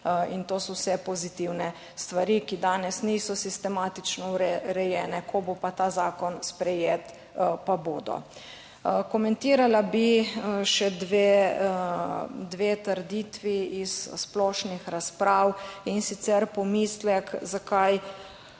in to so vse pozitivne stvari, ki danes niso sistematično urejene, ko bo pa ta zakon sprejet, pa bodo. Komentirala bi še dve, dve trditvi iz splošnih razprav in sicer pomislek, zakaj